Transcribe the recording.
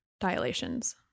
dilations